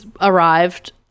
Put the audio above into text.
arrived